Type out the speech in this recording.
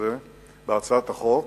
בהצעת החוק,